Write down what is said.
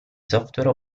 software